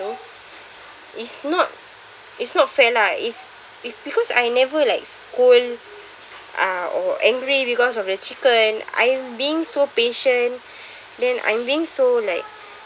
it's not it's not fair lah is it because I never like scold uh or angry because of the chicken I am being so patient then I'm being so like